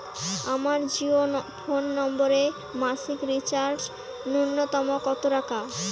আমার জিও ফোন নম্বরে মাসিক রিচার্জ নূন্যতম কত টাকা?